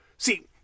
See